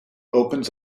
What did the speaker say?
opens